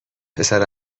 پسر